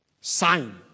Sign